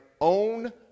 own